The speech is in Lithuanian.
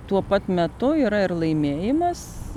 tuo pat metu yra ir laimėjimas